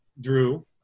Drew